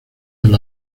del